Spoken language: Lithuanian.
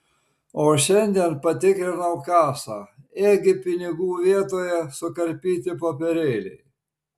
o šiandien patikrinau kasą ėgi pinigų vietoje sukarpyti popierėliai